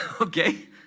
Okay